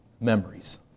memories